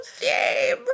shame